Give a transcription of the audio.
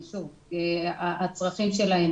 הצרכים שלהם.